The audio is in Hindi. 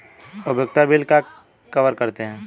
उपयोगिता बिल क्या कवर करते हैं?